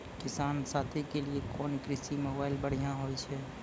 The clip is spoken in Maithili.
किसान साथी के लिए कोन कृषि मोबाइल बढ़िया होय छै?